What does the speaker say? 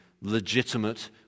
legitimate